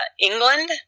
England—